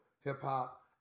hip-hop